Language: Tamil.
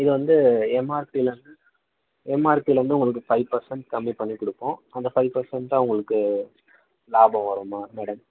இது வந்து எம்ஆர்பிலேருந்து எம்ஆர்பிலேருந்து உங்களுக்கு ஃபைவ் பர்சன்ட் கம்மி பண்ணி கொடுப்போம் அந்த ஃபைவ் பர்சன்ட் தான் உங்களுக்கு லாபம் வரும்மா மேடம்